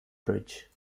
bridge